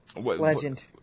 Legend